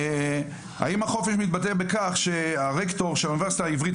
האם החופש מתבטא בכך שהרקטור של האוניברסיטה העברית,